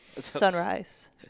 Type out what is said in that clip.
sunrise